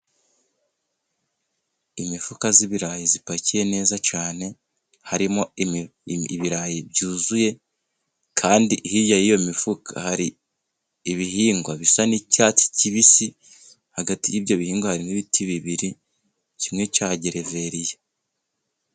Imifuka y'ibirayi ipakiye neza cyane harimo ibirayi byuzuye kandi hirya y'iyo mifuka hari ibihingwa bisa n'icyatsi kibisi hagati y'ibyo bihingwa hari n'ibiti bibiri kimwe cya gereveriya.